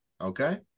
Okay